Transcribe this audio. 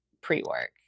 pre-work